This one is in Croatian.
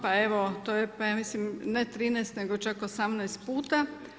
Pa evo, to je, pa ja mislim ne 13 nego čak 18 puta.